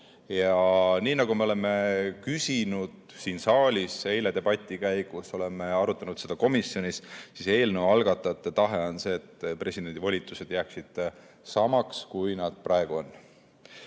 Nii nagu me oleme küsinud siin saalis eile debati käigus ja arutanud seda komisjonis, eelnõu algatajate tahe on see, et presidendi volitused jääksid samaks, kui nad praegu on.